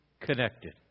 connected